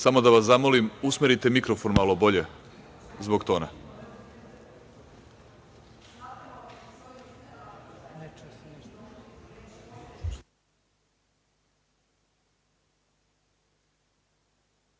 Samo da vas zamolim da usmerite mikrofon malo bolje zbog toga.